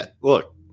look